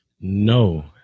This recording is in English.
No